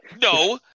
No